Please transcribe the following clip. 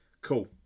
Cool